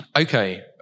okay